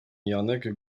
janek